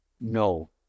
No